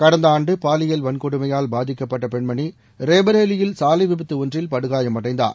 கடந்த ஆன்டு பாலியல் வன்கொடுமையால் பாதிக்கப்பட்ட பெண்மனி ரேபரேலியில் சாலை விபத்து ஒன்றில் படுகாயமடைந்தார்